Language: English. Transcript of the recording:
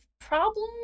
problem